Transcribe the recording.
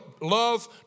love